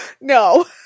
No